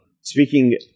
Speaking